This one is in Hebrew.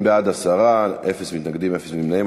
אם כן, בעד, 10, אפס מתנגדים, אפס נמנעים.